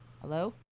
hello